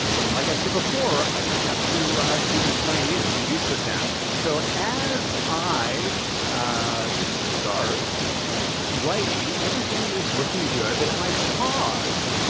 and like i said before, i don't have to even sign in to use this app. so as i start writing, everything is looking good. but if i pause,